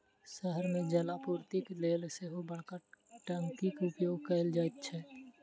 शहर मे जलापूर्तिक लेल सेहो बड़का टंकीक उपयोग कयल जाइत छै